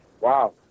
wow